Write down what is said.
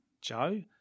Joe